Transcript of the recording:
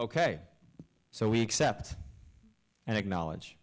ok so we accept and acknowledge